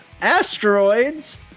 Asteroids